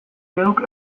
geuk